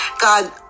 God